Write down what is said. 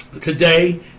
Today